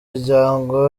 muryango